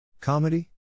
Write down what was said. Comedy